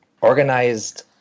organized